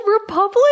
Republic